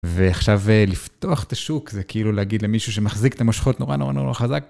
ועכשיו לפתוח את השוק זה כאילו להגיד למישהו שמחזיק את המושכות נורא נורא נורא חזק.